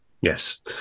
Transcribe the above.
Yes